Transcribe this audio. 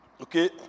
Okay